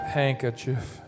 handkerchief